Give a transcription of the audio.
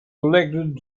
elected